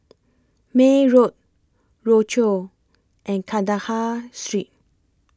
May Road Rochor and Kandahar Street